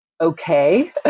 okay